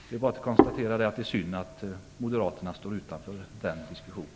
Det är bara att konstatera att det är synd att Moderaterna står utanför den diskussionen.